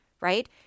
right